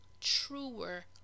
truer